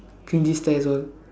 cringy stares all